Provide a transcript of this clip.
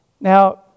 Now